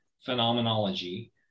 phenomenology